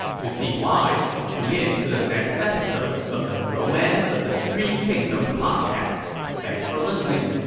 to see why, tune in to the next episode of the romance of the three kingdoms podcast. thanks for listening!